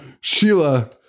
Sheila